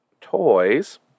toys